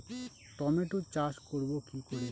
Tomato চাষ করব কি করে?